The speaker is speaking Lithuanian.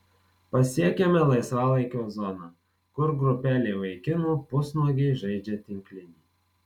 pasiekiame laisvalaikio zoną kur grupelė vaikinų pusnuogiai žaidžia tinklinį